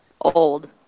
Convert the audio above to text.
old